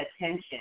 attention